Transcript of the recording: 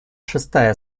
шестая